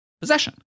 Possession